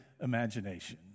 imagination